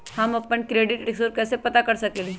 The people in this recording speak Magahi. हम अपन क्रेडिट स्कोर कैसे पता कर सकेली?